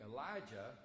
Elijah